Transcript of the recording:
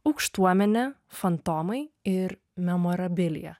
aukštuomenė fantomai ir memorabilija